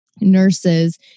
nurses